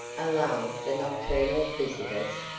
alarm the nocturnal visitors?